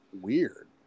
Weird